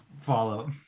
follow